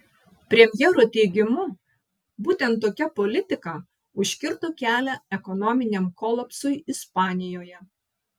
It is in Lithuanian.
premjero teigimu būtent tokia politika užkirto kelią ekonominiam kolapsui ispanijoje